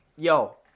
Yo